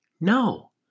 No